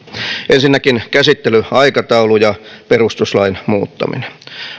ensinnäkin käsittelyaikataulu ja perustuslain muuttaminen